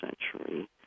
century